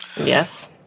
Yes